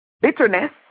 bitterness